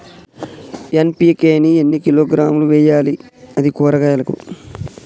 NPK ని ఎన్ని కిలోగ్రాములు వెయ్యాలి? అది కూరగాయలకు?